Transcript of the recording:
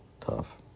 tough